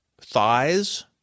thighs